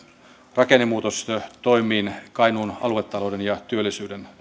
rakennemuutostoimiin kainuun aluetalouden ja työllisyyden